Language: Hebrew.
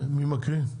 מי מקריא?